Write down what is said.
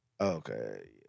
Okay